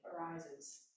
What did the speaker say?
arises